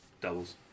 Doubles